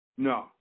No